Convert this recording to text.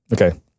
Okay